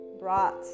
brought